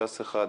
ש"ס אחד,